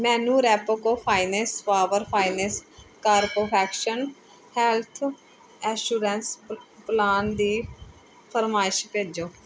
ਮੈਨੂੰ Repco finance power finance corporation health insurance plan ਦੀ ਫਰਮਾਇਸ਼ ਭੇਜੋ